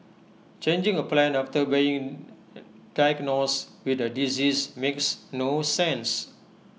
changing A plan after being diagnosed with A disease makes no sense